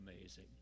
amazing